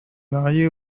mariée